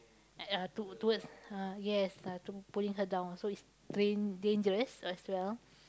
uh to toward ah yes uh pulling her down so it's dan~ dangerous as well